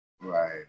Right